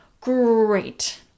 Great